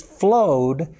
flowed